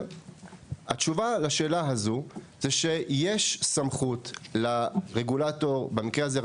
התשובה לשאלה הזו זה שיש סמכות לרגולטור במקרה הזה הוא